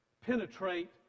penetrate